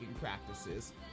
practices